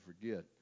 forget